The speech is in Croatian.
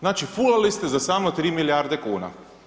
Znači fulali ste za samo 3 milijarde kuna.